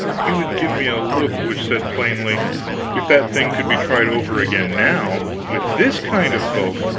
he would give me a look which said plainly if that thing could be tried over again now, with this kind of folk,